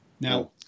Now